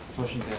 motion